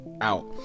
out